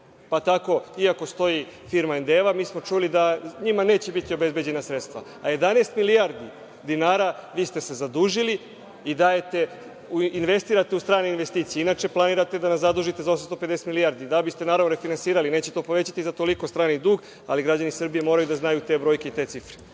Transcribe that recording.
Pa, tako iako stoji firma „Endeva,, mi smo čuli da njima neće biti obezbeđena sredstva. Jedanaest milijardi dinara vi ste zadužili i dajte u investirate u strane investicije. Inače, planirate da nas zadužite za 850 milijardi, da biste naravno refinansirali, neće to povećati za toliko strani dug, ali građani Srbije moraju da znaju te brojke i te cifre.